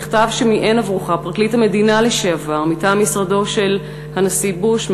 המכתב שמיען עבורך פרקליט המדינה לשעבר מטעם משרדו של הנשיא בוש,